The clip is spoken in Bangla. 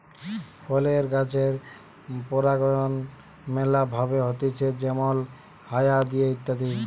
ফলের গাছের পরাগায়ন ম্যালা ভাবে হতিছে যেমল হায়া দিয়ে ইত্যাদি